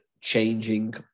changing